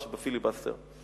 בפיליבסטר בפעם שעברה.